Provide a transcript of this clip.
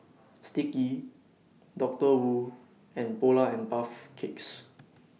Sticky Doctor Wu and Polar and Puff Cakes